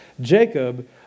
Jacob